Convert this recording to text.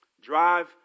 Drive